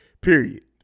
period